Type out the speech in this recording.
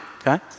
okay